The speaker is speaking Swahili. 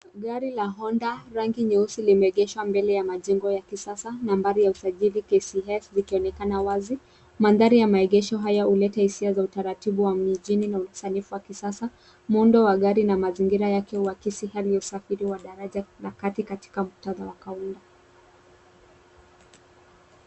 Gari la Honda, rangi nyeusi limeegeshwa mbele ya majengo ya kisasa na nambari ya usajili KCS ikionekana wazi. Mandhari ya maegesho haya huleta hisia ya utaratibu wa mjini na usanifu wa kisasa, muundo wa gari na mazingira yake huakisi hali ya usafiri wa daraja la kati katika muktadha wa kaunda.